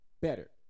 Better